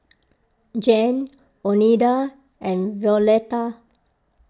Gene oneida and Violetta